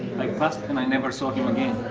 i passed and i never saw him again.